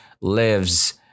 lives